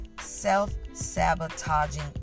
self-sabotaging